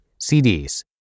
CDs